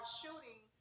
shooting